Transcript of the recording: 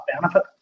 benefit